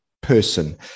person